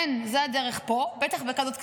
אין, זו הדרך פה, בטח בכנסת כזאת.